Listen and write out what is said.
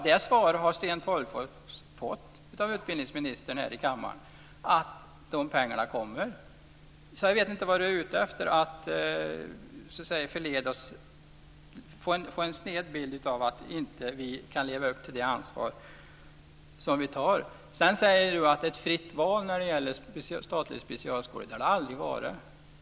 Det svaret har Sten Tolgfors fått av utbildningsministern här i kammaren, att de här pengarna kommer. Så jag vet inte vad han är ute efter; kanske att få fram en sned bild av att vi inte kan leva upp till det ansvar som vi tar. Sedan säger Sten Tolgfors att det är ett fritt val när det gäller statlig specialskola. Det har det aldrig varit.